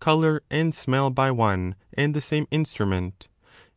colour and smell by one and the same instrument